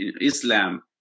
Islam